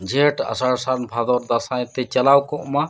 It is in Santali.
ᱡᱷᱮᱸᱴ ᱟᱥᱟᱲ ᱥᱟᱱ ᱵᱷᱟᱫᱚᱨ ᱫᱟᱸᱥᱟᱭ ᱛᱮ ᱪᱟᱞᱟᱣ ᱠᱚᱜ ᱢᱟ